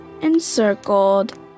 encircled